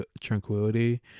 tranquility